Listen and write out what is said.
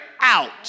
out